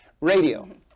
Radio